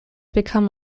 become